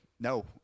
No